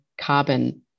carbon